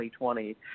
2020